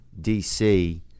dc